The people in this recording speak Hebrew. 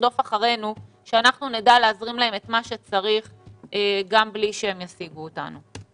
לרדוף אחרינו ושאנחנו נדע להזרים להם את מה שצריך גם בלי שהם ישיגו אותנו.